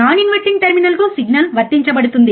non inverting టెర్మినల్కు signal వర్తించబడుతుంది